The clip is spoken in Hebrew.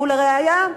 ולראיה,